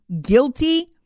guilty